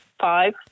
five